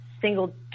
single